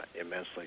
immensely